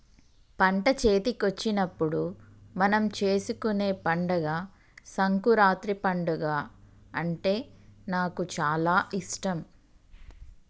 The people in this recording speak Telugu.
పంట చేతికొచ్చినప్పుడు మనం చేసుకునే పండుగ సంకురాత్రి పండుగ అంటే నాకు చాల ఇష్టం